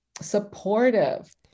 supportive